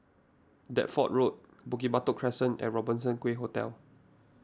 Deptford Road Bukit Batok Crescent and Robertson Quay Hotel